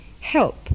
help